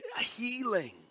healing